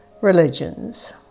religions